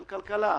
של כלכלה,